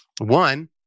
One